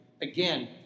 again